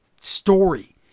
story